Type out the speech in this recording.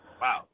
Wow